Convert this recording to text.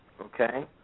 okay